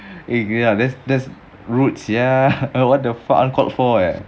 ya there's there's rude sia what the fuck uncalled for eh